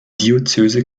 diözese